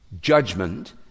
Judgment